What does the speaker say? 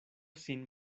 sin